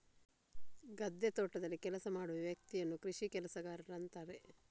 ಗದ್ದೆ, ತೋಟದಲ್ಲಿ ಕೆಲಸ ಮಾಡುವ ವ್ಯಕ್ತಿಯನ್ನ ಕೃಷಿ ಕೆಲಸಗಾರ ಅಂತಾರೆ